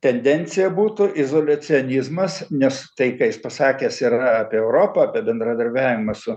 tendencija būtų izoliacionizmas nes tai ką jis pasakęs yra apie europą apie bendradarbiavimą su